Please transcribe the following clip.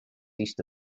east